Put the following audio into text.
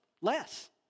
less